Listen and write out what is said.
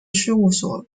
事务所